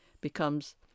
becomes